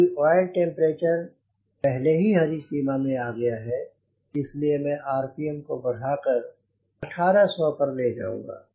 चूंकि oil temperature पहले ही हरी सीमा में आ गया है इसलिए मैं आरपीएम को बढ़ा कर 1800 पर ले जाऊंगा